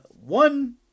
One